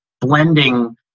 blending